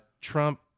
trump